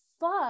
fuck